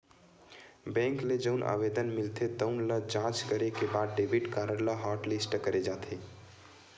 bank ल जउन आवेदन मिलथे तउन ल जॉच करे के बाद डेबिट कारड ल हॉटलिस्ट करे जाथे